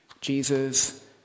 Jesus